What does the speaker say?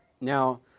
Now